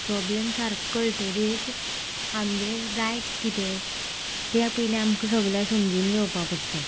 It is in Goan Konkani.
प्रॉबलम सारको कळटकच आमचे रायट्स कितें तें पयलीं आमकां सगळ्यांक समजून घेवपाक पडटा